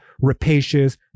rapacious